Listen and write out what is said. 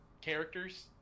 characters